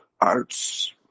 Arts